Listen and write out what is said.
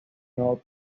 nuevo